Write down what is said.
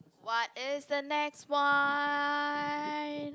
what is the next one